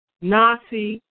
Nazi